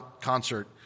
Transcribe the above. concert